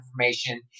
information